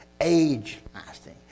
Age-lasting